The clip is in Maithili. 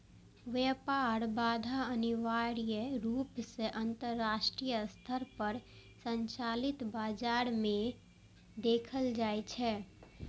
व्यापार बाधा अनिवार्य रूप सं अंतरराष्ट्रीय स्तर पर संचालित बाजार मे देखल जाइ छै